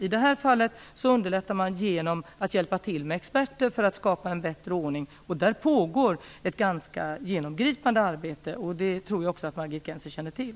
I det här fallet underlättar man genom att hjälpa till med att via experter skapa en bättre ordning. Ett genomgripande arbete med detta pågår, vilket jag tror att Margit Gennser också känner till.